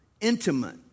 intimate